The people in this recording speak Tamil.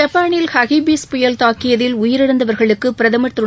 ஜப்பானில் ஹகிபிஸ் புயல் தாக்கியதில் உயிரிழந்தவர்களுக்கு பிரதமர் திரு